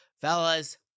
Fellas